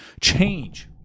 Change